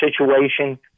situation